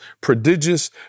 prodigious